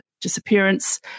disappearance